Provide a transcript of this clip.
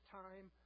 time